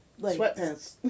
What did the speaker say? Sweatpants